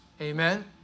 Amen